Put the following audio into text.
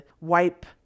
wipe